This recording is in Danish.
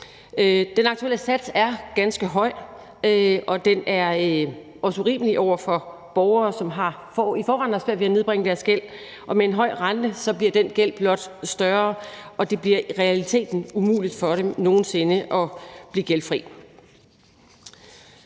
Den aktuelle sats er ganske høj, og den er også urimelig over for borgere, som i forvejen har svært ved at nedbringe deres gæld, og med en høj rente bliver den gæld blot større, og det bliver i realiteten umuligt for dem nogen sinde at blive gældfri.